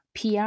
PR